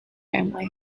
family